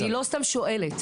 אני לא סתם שואלת.